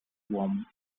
warm